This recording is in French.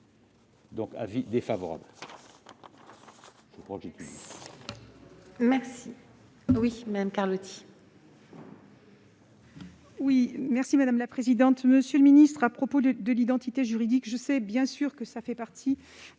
un avis défavorable